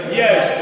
yes